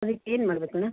ಅದಕ್ಕೇನು ಮಾಡ್ಬೇಕು ಮೇಡಮ್